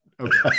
Okay